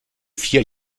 vier